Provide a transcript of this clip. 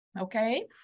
okay